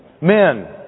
Men